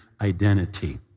identity